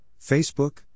Facebook